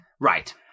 Right